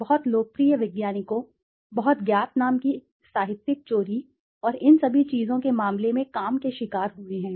बहुत लोकप्रिय वैज्ञानिकों बहुत ज्ञात नाम भी साहित्यिक चोरी और इन सभी चीजों के मामले में काम के शिकार हुए हैं